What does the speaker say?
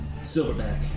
Silverback